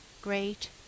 great